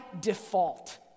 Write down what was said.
default